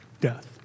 death